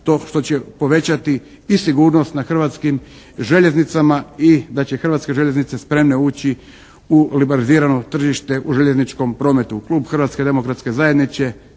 to što će povećati i sigurnost na hrvatskim željeznicama i da će hrvatske željeznice spremne ući u liberalizirano tržište u željezničkom prometu. Klub Hrvatske demokratske zajednice